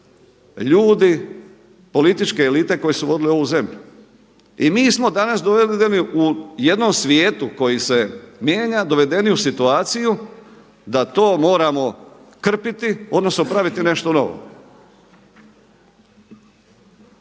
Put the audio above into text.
ljudi, političke elite koje su vodile ovu zemlju. I mi smo danas doveli u jednom svijetu koji se mijenja, dovedeni u situaciju da to moramo krpiti, odnosno praviti nešto novo.